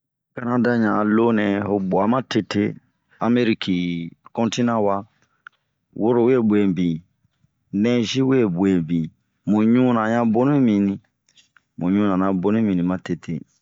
Kanada ɲan a loo nɛ, ho gua matete, ameriki kontina wa, woro we gue bin ,nɛzi weg, gue bin, Mun ɲuu na ɲan boni bin, mun ɲuu na ɲan boni bin matete.